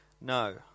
No